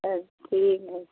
ठीक हय